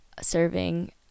serving